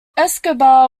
escobar